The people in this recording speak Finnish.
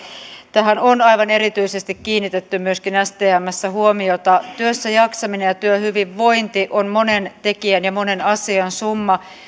tähän on aivan erityisesti kiinnitetty myöskin stmssä huomiota työssäjaksaminen ja työhyvinvointi ovat monen tekijän ja monen asian summa